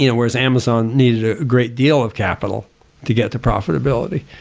you know whereas amazon needed a great deal of capital to get to profitability.